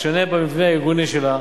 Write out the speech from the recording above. השונה במבנה הארגוני שלה,